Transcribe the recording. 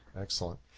Excellent